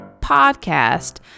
podcast